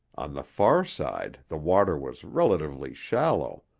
on the far side the water was relatively shallow,